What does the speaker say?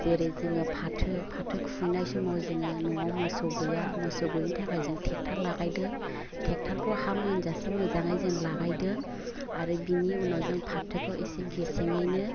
जेरै जोङो फाथो फाथो खुयैनाय समाव जोङो न'वाव मोसौ गैया मोसौ गैयैनि थाखाय जों टेक्टार लागायदों टेक्टारखौ हा मोनजाये मोजाङै जों लागायदों आरो बिनि उनाव जों फाथोखौ एसे गेसेङैनो